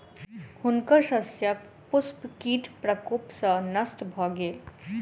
हुनकर शस्यक पुष्प कीट प्रकोप सॅ नष्ट भ गेल